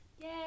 Yay